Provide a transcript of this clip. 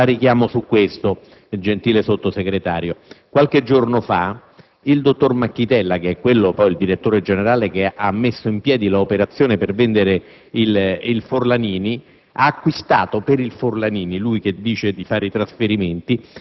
del provvedimento del Consiglio di Stato. La richiamo su una questione, gentile Sottosegretario; qualche giorno fa, il dottor Macchitella, che è il direttore generale che ha messo in piedi l'operazione per vendere il Forlanini,